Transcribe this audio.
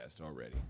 already